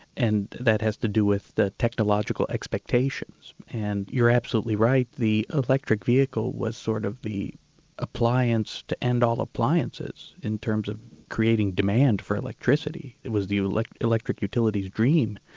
and that has to do with technological expectations, and you're absolutely right, the electric vehicle was sort of the appliance to end all appliances in terms of creating demand for electricity. it was the like electric utility's dream.